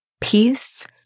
peace